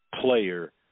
player